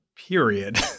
period